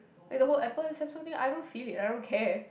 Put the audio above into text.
like the whole Apple and Samsung thing I don't feel it I don't care